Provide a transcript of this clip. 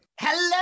Hello